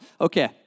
okay